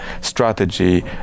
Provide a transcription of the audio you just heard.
strategy